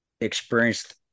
experienced